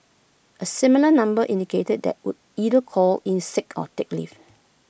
A similar number indicated that would either call in sick or take leave